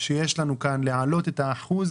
שיש לנו כאן, להעלות את האחוז